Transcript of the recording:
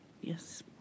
Yes